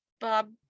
bob